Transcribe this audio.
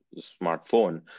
smartphone